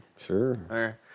Sure